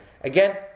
Again